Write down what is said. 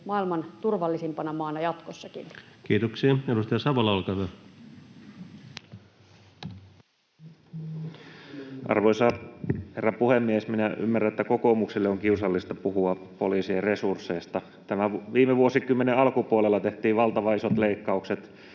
poliisin rahoituksesta (Tom Packalén ps) Time: 16:28 Content: Arvoisa herra puhemies! Minä ymmärrän, että kokoomukselle on kiusallista puhua poliisien resursseista. Viime vuosikymmenen alkupuolella tehtiin valtavan isot leikkaukset,